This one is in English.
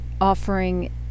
offering